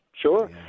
sure